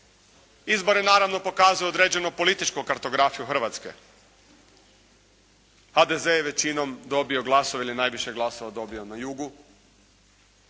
izbori naravno pokazuju određenu političku kartografiju Hrvatske. HDZ je većinom dobio glasove ili najviše glasova dobio na jugu.